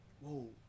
Whoa